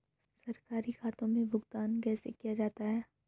सरकारी खातों में भुगतान कैसे किया जाता है?